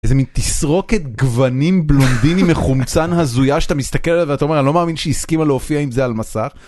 איזה מין תסרוקת גוונים בלונדיני מחומצן הזויה שאתה מסתכל עליו ואתה אומר אני לא מאמין שהסכימה להופיע עם זה על מסך.